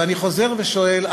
אני חוזר ושואל,